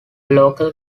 local